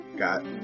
Got